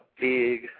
big